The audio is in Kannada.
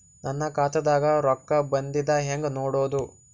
ನನ್ನ ಖಾತಾದಾಗ ರೊಕ್ಕ ಬಂದಿದ್ದ ಹೆಂಗ್ ನೋಡದು?